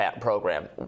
program